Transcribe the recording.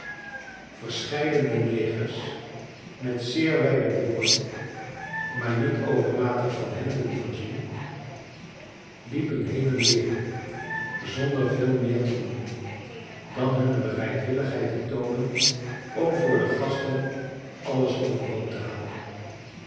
verscheidene negers met zeer wijde broeken maar niet overmatig van hemden voorzien liepen heen en weer zonder veel meer te doen dan hunne bereidwilligheid te toonen om voor de gasten alles overhoop te halen